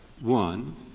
One